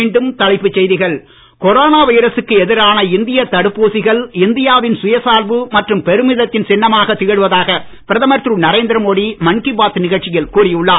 மீண்டும் தலைப்புச் செய்திகள் கொரோனா வைரசுக்கு எதிரான இந்தியத் தடுப்பூசிகள் இந்தியாவின் சுயசார்பு மற்றும் பெருமிதத்தின் சின்னமாகத் திகழ்வதாக பிரதமர் திரு நரேந்திர மோடி மன் கி பாத் நிகழ்ச்சியில் கூறி உள்ளார்